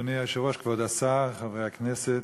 אדוני היושב-ראש, כבוד השר, חברי הכנסת,